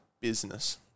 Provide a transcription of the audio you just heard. business